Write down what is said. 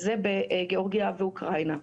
זה בגיאורגיה ואוקראינה.